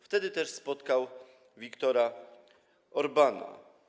Wtedy też spotkał Viktora Orbána.